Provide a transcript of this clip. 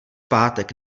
pátek